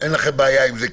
אין לכם בעיה עם זה,